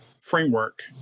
framework